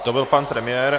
To byl pan premiér.